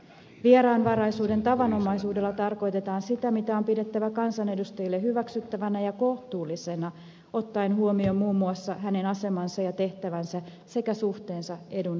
vieraanvaraisuuden tavanomaisuudella tarkoitetaan sitä mitä on pidettävä kansanedustajalle hyväksyttävänä ja kohtuullisena ottaen huomioon muun muassa hänen asemansa ja tehtävänsä sekä suhteensa edun antajaan